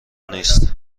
نیست